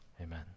Amen